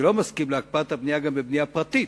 אני לא מסכים להקפאה גם בבנייה פרטית.